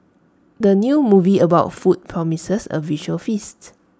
the new movie about food promises A visual feast